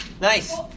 Nice